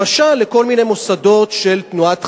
למשל לכל מיני מוסדות של תנועת חב"ד.